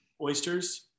Oysters